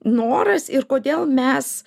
noras ir kodėl mes